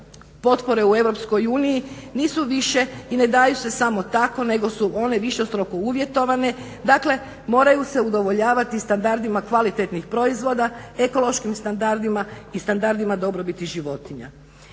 potpore u EU nisu više i ne daju se samo tako, nego su one višestruko uvjetovane, dakle moraju se udovoljavati standardima kvalitetnih proizvoda, ekološkim standardima i standardima dobrobiti životinja.